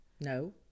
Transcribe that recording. no